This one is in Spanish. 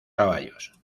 caballos